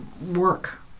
work